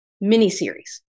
mini-series